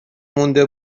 مونده